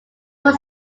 were